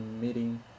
meeting